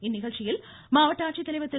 இந்நிகழ்ச்சியில் மாவட்ட ஆட்சித்தலைவர் திரு